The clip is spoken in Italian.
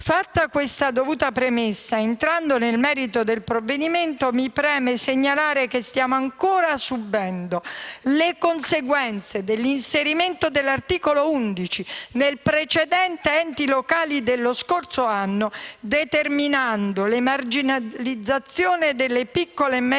Fatta questa dovuta premessa, entrando nel merito del provvedimento, mi preme segnalare che stiamo ancora subendo le conseguenze dell'inserimento dell'articolo 11 nel precedente decreto-legge enti locali dello scorso anno, determinando la marginalizzazione delle piccole e medie imprese